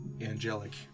angelic